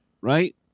right